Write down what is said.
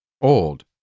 Old